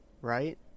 right